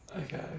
Okay